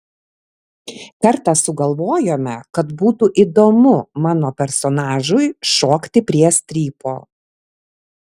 kartą sugalvojome kad būtų įdomu mano personažui šokti prie strypo